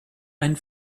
einen